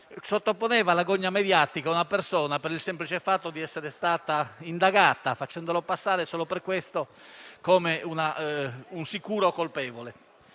sottoponeva alla gogna mediatica una persona per il semplice fatto di essere stata indagata, facendola passare, solo per questo, per un sicuro colpevole.